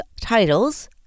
titles